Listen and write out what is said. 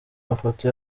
mafoto